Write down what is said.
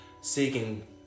seeking